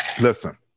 Listen